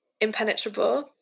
impenetrable